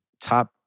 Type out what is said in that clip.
top